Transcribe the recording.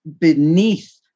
beneath